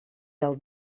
del